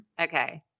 okay